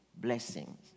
blessings